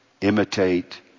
imitate